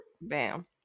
bam